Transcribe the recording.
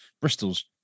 Bristol's